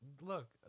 Look